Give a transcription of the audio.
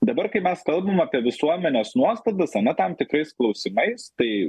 dabar kai mes kalbam apie visuomenės nuostatas ane tam tikrais klausimais tai